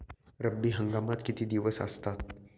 रब्बी हंगामात किती दिवस असतात?